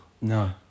No